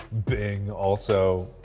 bing also,